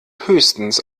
höchstens